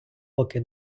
поки